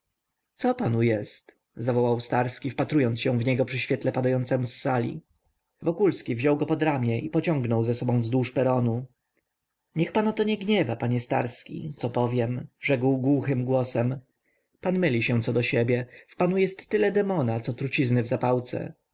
co panu jest zawołał starski wpatrując się w niego przy świetle padającem z sali wokulski wziął go pod ramię i pociągnął za sobą wzdłuż peronu niech pana to nie gniewa panie starski o to co powiem rzekł głuchym głosem pan myli się co do siebie w panu jest tyle demona ile trucizny w zapałce